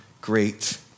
great